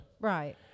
Right